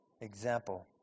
example